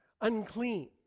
unclean